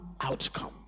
outcome